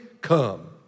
come